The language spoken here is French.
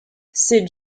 ces